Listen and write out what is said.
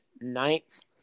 Ninth